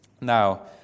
Now